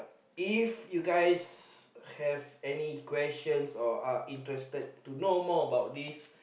if you guys have any questions or are interested to know more about this